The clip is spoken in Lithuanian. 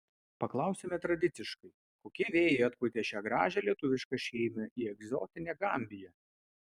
paklausime tradiciškai kokie vėjai atpūtė šią gražią lietuvišką šeimą į egzotinę gambiją